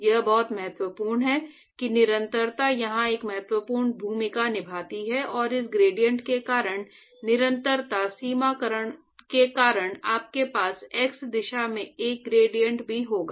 यह बहुत महत्वपूर्ण है कि निरंतरता यहां एक महत्वपूर्ण भूमिका निभाती है और इस ग्रेडिएंट के कारण निरंतरता समीकरण के कारण आपके पास x दिशा में एक ग्रेडिएंट भी होगा